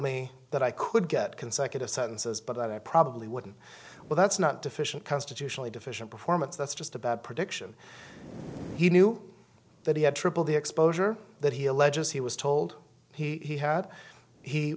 me that i could get consecutive sentences but i probably wouldn't well that's not deficient constitutionally deficient performance that's just about prediction he knew that he had triple the exposure that he alleges he was told he had he